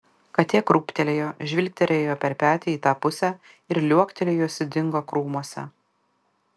katė krūptelėjo žvilgterėjo per petį į tą pusę ir liuoktelėjusi dingo krūmuose